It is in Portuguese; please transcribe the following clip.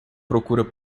procura